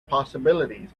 possibilities